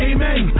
Amen